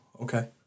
Okay